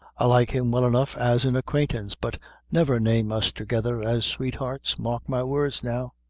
i like him well enough as an acquaintance, but never name us together as sweethearts mark my words now.